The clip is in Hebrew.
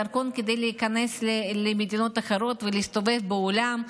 הדרכון כדי להיכנס למדינות אחרות ולהסתובב בעולם.